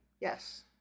Yes